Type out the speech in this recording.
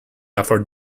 afford